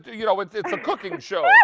you know it's it's a cooking show,